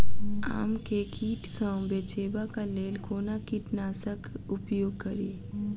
आम केँ कीट सऽ बचेबाक लेल कोना कीट नाशक उपयोग करि?